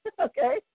Okay